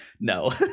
no